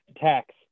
Tax